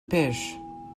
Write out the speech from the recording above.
pêchent